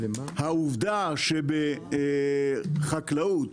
העובדה שבחקלאות